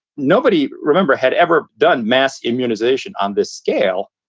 nobody remember had ever done mass immunization on this scale.